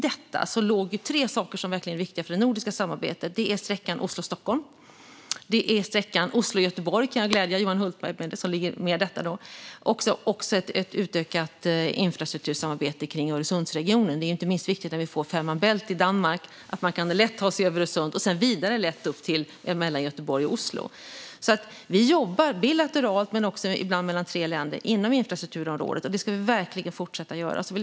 Däri låg tre saker som verkligen är viktiga för det nordiska samarbetet, nämligen sträckan Oslo-Stockholm, sträckan Oslo-Göteborg - kan jag glädja Johan Hultberg med - och ett utökat infrastruktursamarbete kring Öresundsregionen. När man får Fehmarn bält-förbindelsen mellan Tyskland och Danmark är det inte minst viktigt att man lätt kan ta sig över Öresund och sedan vidare upp mellan Göteborg och Oslo. Vi jobbar bilateralt inom infrastrukturområdet men också ibland mellan tre länder, och det ska vi verkligen fortsätta göra.